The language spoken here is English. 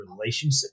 relationship